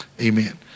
Amen